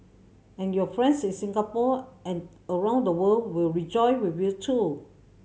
and your friends in Singapore and around the world will rejoice with you too